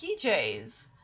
PJs